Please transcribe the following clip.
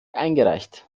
eingereicht